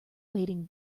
wading